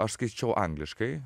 aš skaičiau angliškai